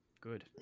Good